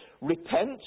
Repent